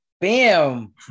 Bam